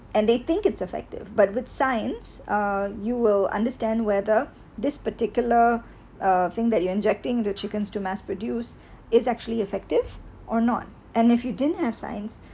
and they think it's effective but with science uh you will understand whether this particular um thing that you are injecting the chickens to mass produce is actually effective or not and if you didn't have science